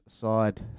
side